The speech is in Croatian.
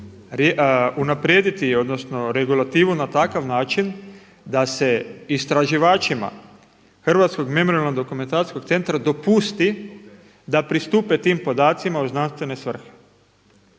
unaprijediti odnosno regulativu na takav način da se istraživačima Hrvatskog memorijalno-dokumentacijskog centara dopuste da pristupe tim podacima u znanstvene svrhe,